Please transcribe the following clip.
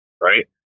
right